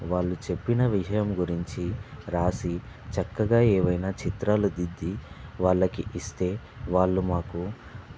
వాళ్ళు చెప్పిన విషయం గురించి రాసి చక్కగా ఏవైనా చిత్రాలు దిద్ది వాళ్ళకి ఇస్తే వాళ్ళు మాకు